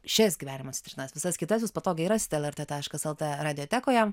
šias gyvenimo citrinas visas kitas jūs patogiai rasite lrt taškas lt radiotekoje